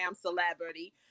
celebrity